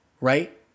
right